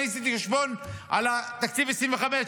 עשיתי חשבון על תקציב 2025,